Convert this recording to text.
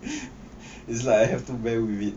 is like I have a bear with it